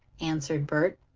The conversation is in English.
answered bert.